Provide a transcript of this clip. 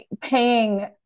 paying